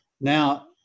Now